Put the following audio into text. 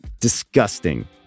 Disgusting